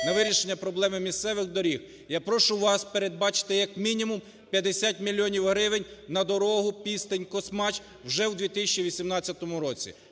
на вирішення проблеми місцевих доріг, я прошу вас передбачити, як мінімум 50 мільйонів гривень на дорогу Пістинь-Космач вже у 2018 році.